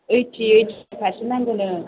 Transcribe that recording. ओइटि percent नांगौनो